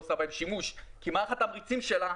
עושה בהם שימוש כי מערך התמריצים שלה,